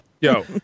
yo